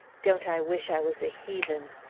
don't i wish i was a heathen!